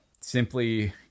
simply